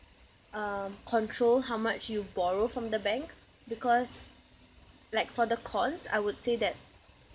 um control how much you borrow from the bank because like for the cons I would say that